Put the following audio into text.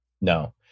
no